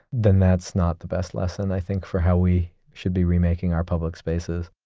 then that's not the best lesson, i think, for how we should be remaking our public spaces